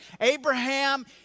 Abraham